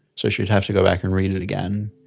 so she'd have to go back and read it again.